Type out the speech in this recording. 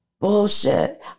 bullshit